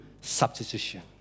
substitution